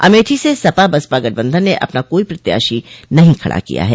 अमेठी से सपा बसपा गठबंधन ने अपना कोई प्रत्याशी नहीं खड़ा किया है